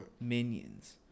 Minions